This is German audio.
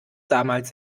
damals